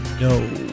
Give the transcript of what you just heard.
no